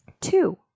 Two